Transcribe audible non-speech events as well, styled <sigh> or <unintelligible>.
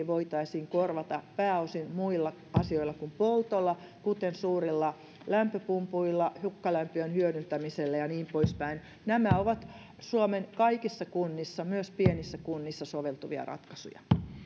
<unintelligible> voitaisiin korvata pääosin muilla asioilla kuin poltolla kuten suurilla lämpöpumpuilla hukkalämmön hyödyntämisellä ja niin pois päin nämä ovat suomen kaikissa kunnissa myös pienissä kunnissa soveltuvia ratkaisuja